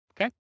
Okay